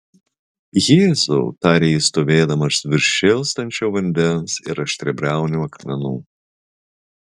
jėzau tarė jis stovėdamas virš šėlstančio vandens ir aštriabriaunių akmenų